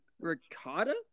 Ricotta